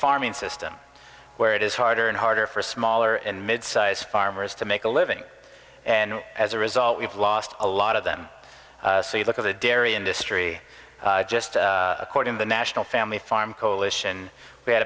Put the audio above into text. farming system where it is harder and harder for smaller and mid size farmers to make a living and as a result we've lost a lot of them so you look at the dairy industry just according to the national family farm coalition we had